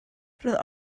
roedd